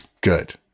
Good